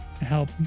Help